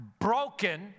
broken